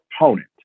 opponent